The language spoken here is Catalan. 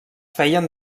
feien